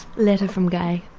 letter from gay.